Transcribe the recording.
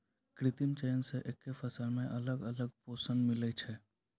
कृत्रिम चयन से एक्के फसलो मे अलग अलग पोषण मिलै छै